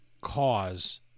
cause